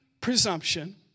presumption